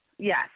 Yes